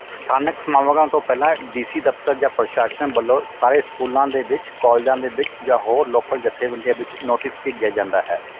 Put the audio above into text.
ਸਥਾਨਕ ਸਮਾਗਮਾਂ ਤੋਂ ਪਹਿਲਾਂ ਡੀਸੀ ਦਫਤਰ ਜਾਂ ਪ੍ਰਸ਼ਾਸਨ ਵੱਲੋਂ ਸਾਰੇ ਸਕੂਲਾਂ ਦੇ ਵਿੱਚ ਕੋਲੇਜਾਂ ਦੇ ਵਿੱਚ ਜਾਂ ਹੋਰ ਲੋਕਲ ਜਥੇਬੰਦੀਆਂ ਵਿੱਚ ਨੋਟੀਸ ਭੇਜਿਆ ਜਾਂਦਾ ਹੈ